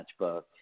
matchbook